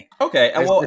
Okay